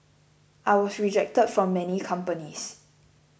I was rejected from many companies